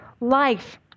life